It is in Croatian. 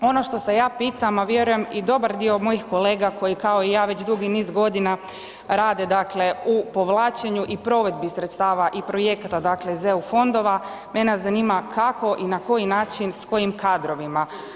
Ono što se ja pitam, a vjerujem i dobar dio mojih kolega koji kao i ja već dugi niz godina rade dakle u povlačenju i provedbi sredstava i projekata dakle iz EU fondova, mene zanima kako i na koji način, s kojim kadrovima.